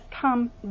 come